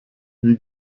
wie